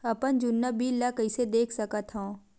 अपन जुन्ना बिल ला कइसे देख सकत हाव?